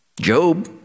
Job